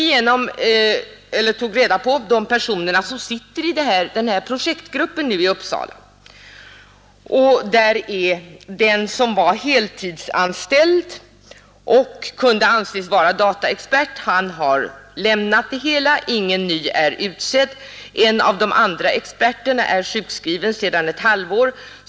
Jag tog reda på vilka personer som sitter i denna projektgrupp i Uppsala. Den som var heltidsanställd och kunde anses vara dataexpert har lämnat det hela och ingen ny är utsedd. En av de andra experterna är sjukskriven sedan ett halvår.